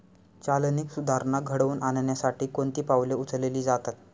चालनीक सुधारणा घडवून आणण्यासाठी कोणती पावले उचलली जातात?